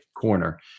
corner